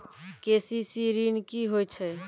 KCC ॠन की होय छै?